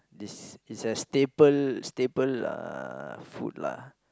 this is a staple staple uh food lah